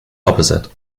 opposite